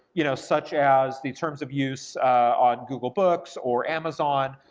you know such as the terms of use on google books, or amazon,